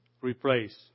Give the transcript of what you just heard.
replace